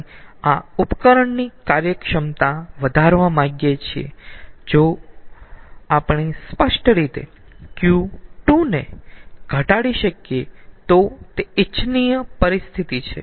આપણે આ ઉપકરણની કાર્યક્ષમતા વધારવા માંગીયે છીએ જો આપણે સ્પષ્ટ રીતે Q2 ને ઘટાડી શકીયે તો તે ઇચ્છનીય પરિસ્થિતિ છે